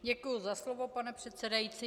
Děkuji za slovo, pane předsedající.